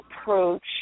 approach